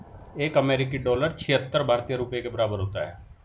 एक अमेरिकी डॉलर छिहत्तर भारतीय रुपये के बराबर होता है